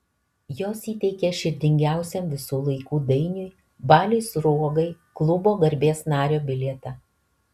jos įteikė širdingiausiam visų laikų dainiui baliui sruogai klubo garbės nario bilietą